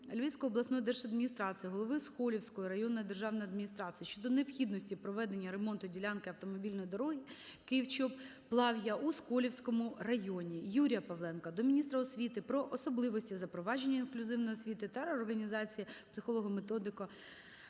Львівської обласної держадміністрації, голови Сколівської районної державної адміністрації щодо необхідності проведення ремонту ділянки автомобільної дороги (Київ-Чоп) - Плав'я у Сколівському районі. Юрія Павленка до міністра освіти про особливості запровадження інклюзивної освіти та реорганізації психолого-медико-педагогічних